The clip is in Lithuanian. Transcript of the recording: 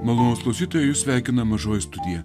malonūs klausytojai jus sveikina mažoji studija